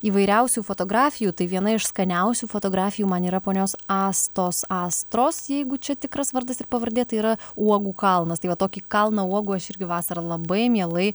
įvairiausių fotografijų tai viena iš skaniausių fotografijų man yra ponios astos astros jeigu čia tikras vardas ir pavardė tai yra uogų kalnas tai vat tokį kalną uogų aš irgi vasarą labai mielai